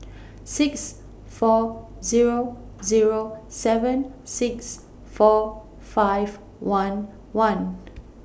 six four Zero Zero seven six four five one one